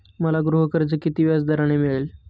मला गृहकर्ज किती व्याजदराने मिळेल?